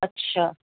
अछा